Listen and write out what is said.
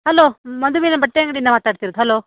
hello ಮದುವೆನ ಬಟ್ಟೆ ಅಂಗಡಿಯಿಂದ ಮಾತಾಡ್ತಿರೋದು ಹಲೋ